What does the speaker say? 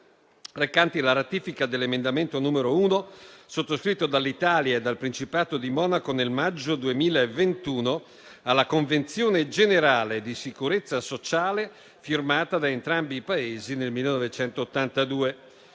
recanti la ratifica dell'Emendamento n. 1, sottoscritto dall'Italia e dal Principato di Monaco, nel maggio 2021, alla Convenzione generale di sicurezza sociale firmata da entrambi i Paesi nel 1982.